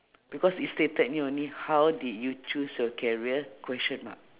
because it stated here only how did you choose your career question mark